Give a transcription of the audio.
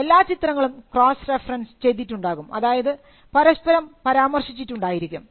എല്ലാ ചിത്രങ്ങളും cross reference ചെയ്തിട്ടുണ്ടാകും അതായത് പരസ്പരം പരാമർശിച്ചിട്ടുണ്ടായിരിക്കും